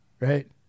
Right